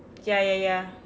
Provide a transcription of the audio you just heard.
ya ya ya